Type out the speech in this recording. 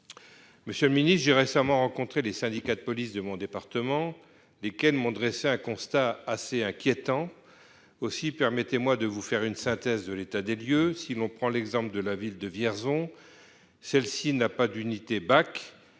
Monsieur le ministre, j'ai récemment rencontré les syndicats de police de mon département, lesquels m'ont dressé un constat assez inquiétant. Aussi, permettez-moi de vous faire une synthèse de l'état des lieux. Si l'on prend l'exemple de la ville de Vierzon, celle-ci n'est pas dotée